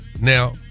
Now